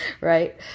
right